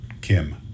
Kim